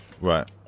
right